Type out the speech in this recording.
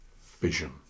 vision